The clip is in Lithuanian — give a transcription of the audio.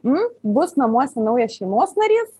nu bus namuose naujas šeimos narys